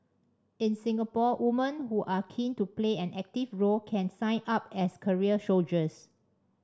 in Singapore woman who are keen to play an active role can sign up as career soldiers